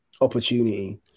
opportunity